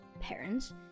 parents